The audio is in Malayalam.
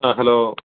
അ ഹലോ